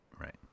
right